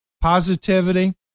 positivity